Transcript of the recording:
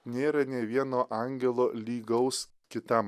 nėra ne vieno angelo lygaus kitam